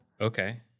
Okay